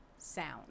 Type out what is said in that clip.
sound